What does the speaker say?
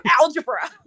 algebra